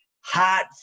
hot